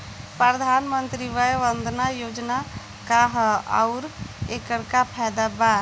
प्रधानमंत्री वय वन्दना योजना का ह आउर एकर का फायदा बा?